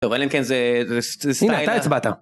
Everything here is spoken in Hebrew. טוב, אלא אם כן זה..., זה אתה הצבעת.